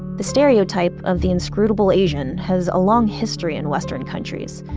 the stereotype of the inscrutable asian has a long history in western countries.